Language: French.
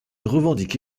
revendique